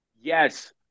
yes